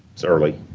it's early.